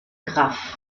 graf